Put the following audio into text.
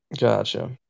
Gotcha